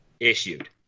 Issued